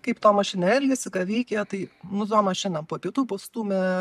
kaip tomas šiandien elgėsi ką veikė tai nu tomas šiandien po pietų pastūmė